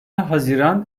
haziran